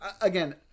again